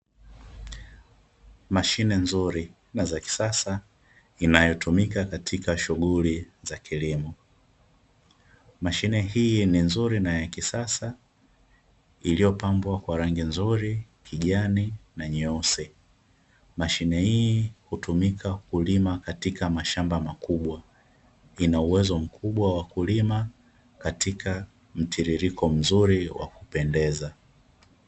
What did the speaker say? Mashine nzuri na ya kisasa inayotumika katika shughuli za kilimo. Mashine hii ni nzuri na ya kisasa iliyopambwa kwa rangi nzuri kijani na nyeusi. Mashine hii hutumika kulima katika mashamba makubwa, ina uwezo mkubwa wa kulima katika mtiririko mzuri wa kupendeza.